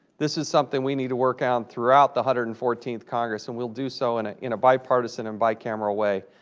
this is something we need to work on throughout the one hundred and fourteenth congress, and we'll do so in ah in a bipartisan and bicameral way.